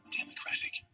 democratic